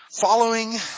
Following